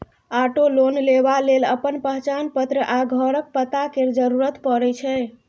auto loan लेबा लेल अपन पहचान पत्र आ घरक पता केर जरुरत परै छै